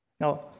Now